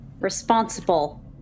responsible